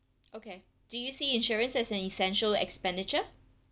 okay do you see insurance as an essential expenditure